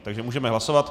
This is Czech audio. Takže můžeme hlasovat.